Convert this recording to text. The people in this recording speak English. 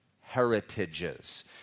heritages